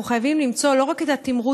אנחנו חייבים למצוא לא רק את התמרוץ,